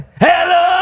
hello